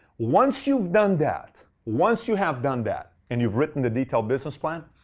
once you've done that, once you have done that, and you've written the detailed business plan,